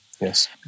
yes